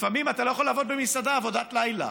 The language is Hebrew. לפעמים אתה לא יכול לעבוד במסעדה עבודת לילה,